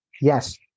Yes